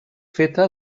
feta